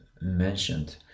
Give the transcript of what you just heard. mentioned